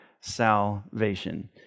salvation